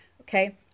Okay